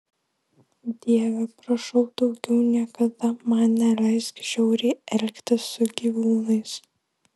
dieve prašau daugiau niekada man neleisk žiauriai elgtis su gyvūnais